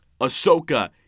Ahsoka